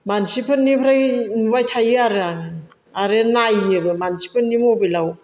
मानसिफोरनिफ्राय नुबाय थायो आरो आं आरो नायोबो मानसिफोरनि मबाइलाव